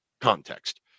context